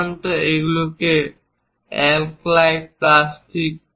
সাধারণত এগুলি acrylic plastic